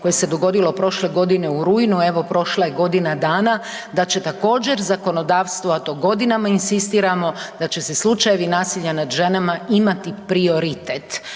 koje se dogodilo prošle godine u rujnu, evo prošla je godina dana, da će također zakonodavstvo, a to godinama inzistiramo, da će se slučajevi nasilja nad ženama imati prioritet,